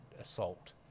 assault